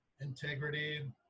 integrity